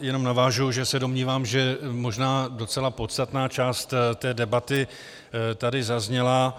Jenom navážu, že se domnívám, že možná docela podstatná část té debaty tady zazněla.